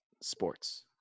sports